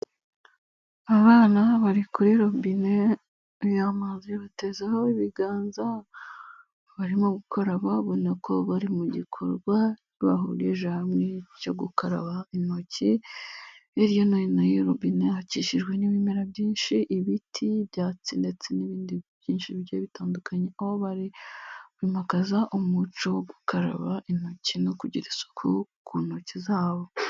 Abana bari kuri robine y'amazi batezeho ibiganza barimo gukaraba ubona ko bari mu gikorwa bahurije hamwe cyo gukaraba intoki, hirya no hino y'iyo robine hakishijwe n'ibimera byinshi ibiti y'ibyatsi ndetse n'ibindi byinshi bigiye bitandukanye, aho bari kwimakaza umuco wo gukaraba intoki no kugira isuku ku ntoki zabo.